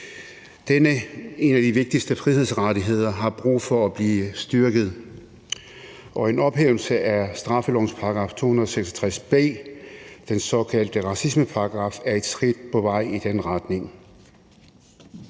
Dette er en af de vigtigste frihedsrettigheder, og den har brug for at blive styrket, og en ophævelse af straffelovens § 266 b, den såkaldte racismeparagraf, er et skridt på vej i den retning.